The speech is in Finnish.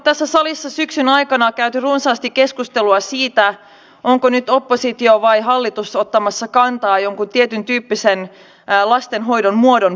tässä salissa on syksyn aikana käyty runsaasti keskustelua siitä onko nyt oppositio vai hallitus ottamassa kantaa jonkun tietyntyyppisen lastenhoidon muodon puolesta